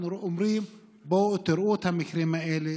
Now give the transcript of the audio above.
אנחנו אומרים: בואו, תראו את המקרים האלה